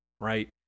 right